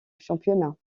championnat